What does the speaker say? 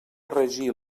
regir